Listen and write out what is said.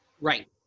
right